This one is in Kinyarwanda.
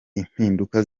impinduka